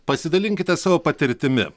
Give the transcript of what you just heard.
pasidalinkite savo patirtimi